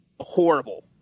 horrible